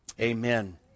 amen